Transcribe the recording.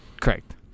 Correct